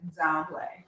downplay